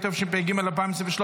התשפ"ג 2023,